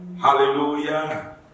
Hallelujah